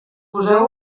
poseu